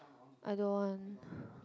I don't want